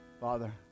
Father